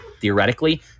theoretically